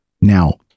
Now